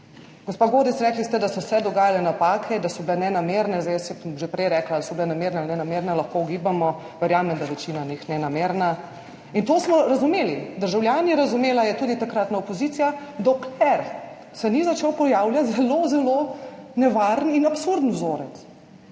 Gospa Godec, rekli ste, da so se dogajale napake, da so bile nenamerne, jaz sem že prej rekla, ali so bile namerne ali nenamerne, lahko ugibamo, verjamem, da večina njih nenamerna. In to smo državljani razumeli, razumela je tudi takratna opozicija, dokler se ni začel pojavljati zelo, zelo nevaren in absurden vzorec.